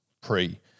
pre